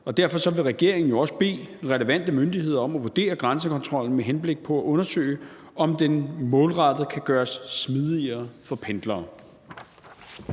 Derfor vil regeringen også bede den relevante myndighed om at vurdere grænsekontrollen med henblik på at undersøge, om den målrettet kan gøres smidigere for pendlere.